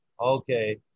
Okay